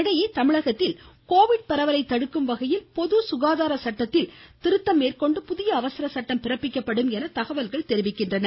இதனிடையே தமிழகத்தில் கோவிட் பரவலை தடுக்கும் வகையில் பொது சுகாதார சட்டத்தில் திருத்தம் மேற்கொண்டு புதிய அவசர சட்டம் பிறப்பிக்கப்படும் என தகவல்கள் தெரிகின்றன